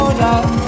love